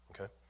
Okay